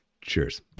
Cheers